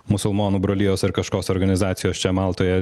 musulmonų brolijos ar kažkios organizacijos čia maltoje